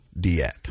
diet